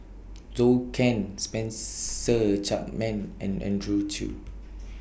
Zhou Can Spencer Chapman and Andrew Chew